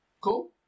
Cool